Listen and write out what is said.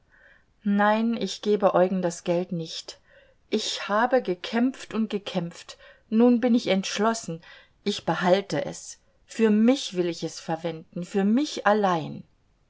nein ich gebe eugen das geld nicht ich habe gekämpft und gekämpft nun bin ich entschlossen ich behalte es für mich will ich es verwenden für mich ganz allein